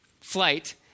flight